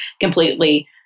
completely